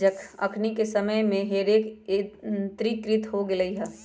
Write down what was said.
अखनि के समय में हे रेक यंत्रीकृत हो गेल हइ